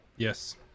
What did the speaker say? Yes